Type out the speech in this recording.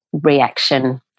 reaction